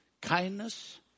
kindness